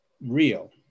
real